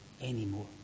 anymore